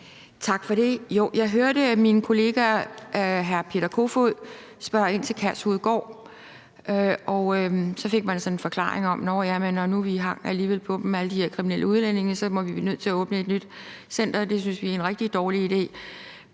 Tak for det. Jeg hørte min kollega hr. Peter Kofod spørge ind til Kærshovedgård, og så fik man sådan en forklaring om, at når nu vi alligevel hænger på alle de her kriminelle udlændinge, er vi nødt til at åbne et nyt center. Det synes vi er en rigtig dårlig idé.